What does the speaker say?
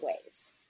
ways